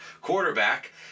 quarterback